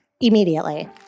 Immediately